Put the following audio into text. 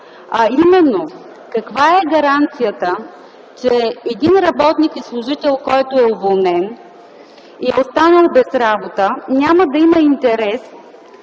а именно, каква е гаранцията, че един работник или служител, който е уволнен и е останал без работа няма да има интерес